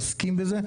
עוסקים בזה.